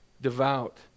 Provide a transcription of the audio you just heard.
devout